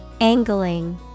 Angling